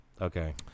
Okay